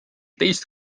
teist